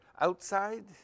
outside